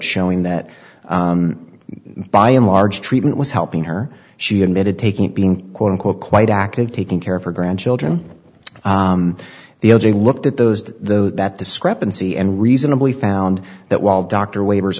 showing that by and large treatment was helping her she admitted taking being quote unquote quite active taking care of her grandchildren the o j looked at those the that discrepancy and reasonably found that while dr waivers